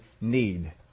need